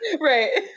Right